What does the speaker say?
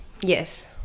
yes